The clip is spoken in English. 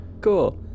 Cool